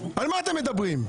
על מה אתם מדברים?